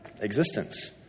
existence